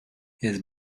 his